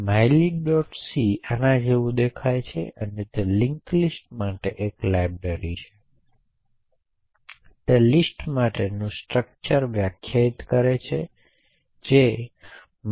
તેથી અંત પ્રારંભ તમને આ સૂચનાઓને અમલમાં મૂકવા માટેનો સમય આપશે